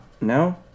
No